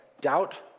Doubt